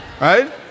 right